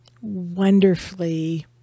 wonderfully